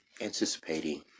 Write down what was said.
anticipating